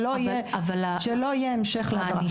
שלא יהיה המשך לעבירה --- אבל,